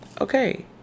Okay